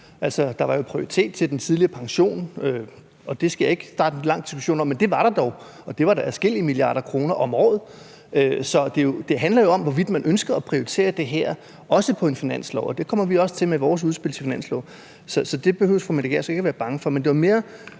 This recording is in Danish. i forhold til en tidligere pension, og det skal jeg ikke starte en lang diskussion om, men det var der dog, og det er da adskillige milliarder kroner om året. Det handler jo om, hvorvidt man ønsker at prioritere det her, også i en finanslov. Det kommer vi også til med vores udspil til en finanslov. Så det behøver fru Mette Gjerskov ikke at være bange for. Men hvad er